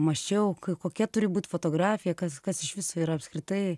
mąsčiau kokia turi būt fotografija kas kas iš viso yra apskritai